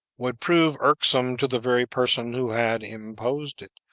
would prove irksome to the very person who had imposed it,